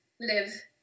live